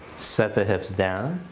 set the hips down.